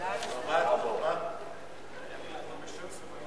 על-ידי קבלני כוח-אדם (תיקון מס' 8),